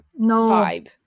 vibe